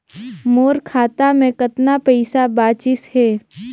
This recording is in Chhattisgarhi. मोर खाता मे कतना पइसा बाचिस हे?